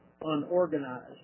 unorganized